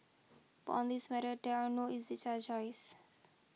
but on this matter there are not easy choices